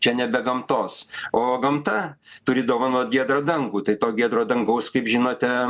čia nebe gamtos o gamta turi dovanot giedrą dangų tai to giedro dangaus kaip žinote